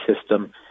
system